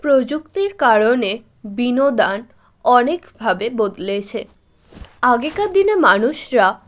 প্রযুক্তির কারণে বিনোদন অনেকভাবে বদলেছে আগেকার দিনে মানুষরা